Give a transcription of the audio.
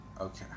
Okay